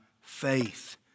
faith